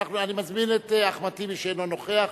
אני מזמין את אחמד טיבי, שאינו נוכח,